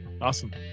Awesome